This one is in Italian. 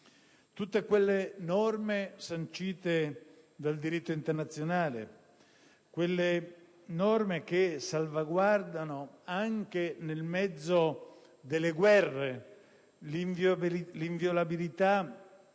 Tutte le norme sancite dal diritto internazionale, le norme che salvaguardano anche nel mezzo delle guerre l'inviolabilità